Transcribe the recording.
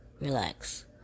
Relax